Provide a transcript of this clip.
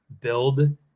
build